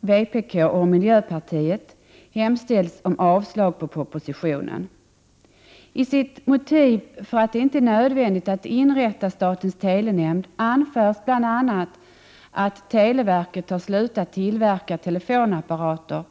vpk och miljöpartiet yrkas avslag på propositionen. I motiveringen till att det inte är nödvändigt att inrätta statens telenämnd anförs bl.a. att televerket har slutat tillverka telefonapparater.